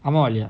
I'm earlier